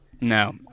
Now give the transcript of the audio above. No